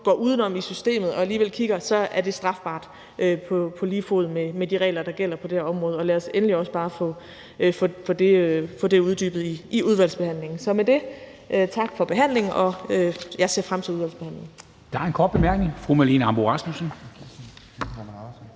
går uden om det i systemet og alligevel kigger, så er det strafbart på lige fod med de regler, der gælder på det område. Og lad os endelig også bare få det uddybet i udvalgsbehandlingen. Så med det vil jeg sige tak for behandlingen; jeg ser frem til udvalgsbehandlingen. Kl. 11:07 Formanden (Henrik Dam Kristensen):